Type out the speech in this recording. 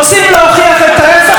(המחנה הציוני): רוצים להוכיח את ההפך?